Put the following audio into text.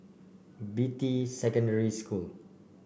Beatty Secondary School